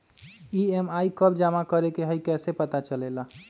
EMI कव जमा करेके हई कैसे पता चलेला?